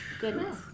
goodness